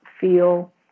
feel